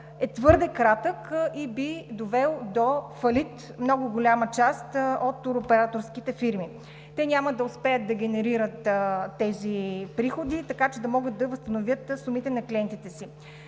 е твърде кратък и би довел до фалит много голяма част от туроператорските фирми. Те няма да успеят да генерират тези приходи, така че да могат да възстановят сумите на клиентите си.